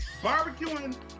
Barbecuing